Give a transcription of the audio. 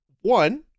One